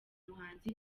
muhanzi